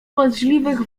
możliwych